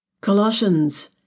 Colossians